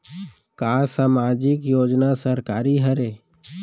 का सामाजिक योजना सरकारी हरे?